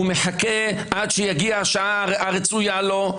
הוא מחכה עד שתגיע השעה הרצויה לו.